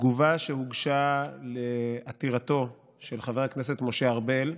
בתגובה שהוגשה על עתירתו של חבר הכנסת משה ארבל,